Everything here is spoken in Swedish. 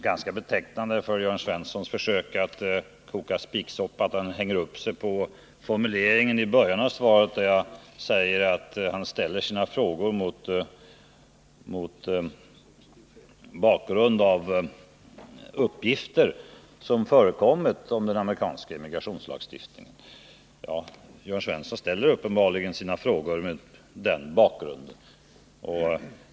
Ganska betecknande för Jörn Svenssons försök att koka spiksoppa är att han hänger upp sig på formuleringen i början av svaret, där jag säger att Jörn Svensson ställer sina frågor mot bakgrund av uppgifter som Jörn Svensson åberopat beträffande den amerikanska immigrationslagstiftningen. Jörn Svensson ställer uppenbarligen sina frågor mot den bakgrunden.